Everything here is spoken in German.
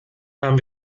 haben